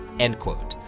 end quote.